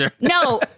No